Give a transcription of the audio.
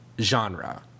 genre